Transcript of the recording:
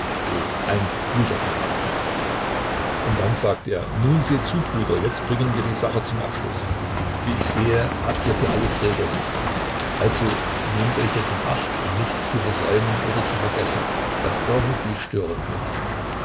ein guter charakter und dann sagte er nun seht zu brüder jetzt bringen wir die sache zum abschluß wie ich sehe habt ihr für alles regeln also nehmt euch jetzt in acht um nichts zu versäumen oder zu vergessen was irgendwie stören könnte